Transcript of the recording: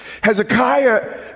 Hezekiah